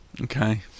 Okay